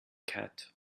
cat